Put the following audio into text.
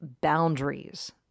boundaries